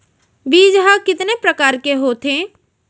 बीज ह कितने प्रकार के होथे?